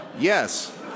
Yes